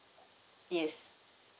yes